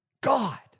God